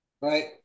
Right